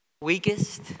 weakest